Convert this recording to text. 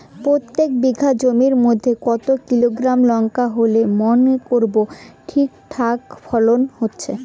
প্রত্যেক বিঘা জমির মইধ্যে কতো কিলোগ্রাম লঙ্কা হইলে মনে করব ঠিকঠাক ফলন হইছে?